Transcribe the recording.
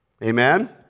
Amen